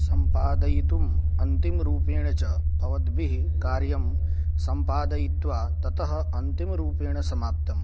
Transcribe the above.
सम्पादयितुम् अन्तिमरूपेण च भवद्भिः कार्यं सम्पादयित्वा ततः अन्तिमरूपेण समाप्तम्